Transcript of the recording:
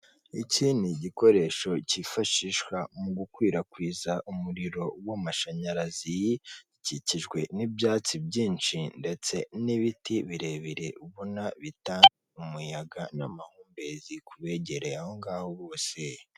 Iki ni igikoresho cyifashishwa mu gukwirakwiza umuriro w'amashanyarazi, gikikijwe n'ibyatsi byinshi ndetse n'ibiti birebire ubona bitanga umuyaga n'amahumbezi ku begereye aho ngaho bose.